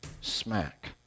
smack